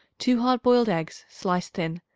two hard-boiled eggs sliced thin,